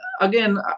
again